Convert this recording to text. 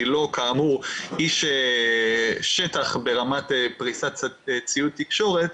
אני לא איש שטח ברמת פריסת ציוד תקשורת,